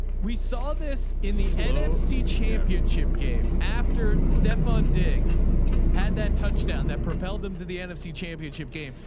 we saw this in the nfc championship game. after stefan diggs had that touchdown that propelled them to the nfc championship game,